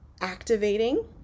activating